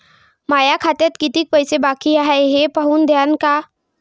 माया खात्यात कितीक पैसे बाकी हाय हे पाहून द्यान का?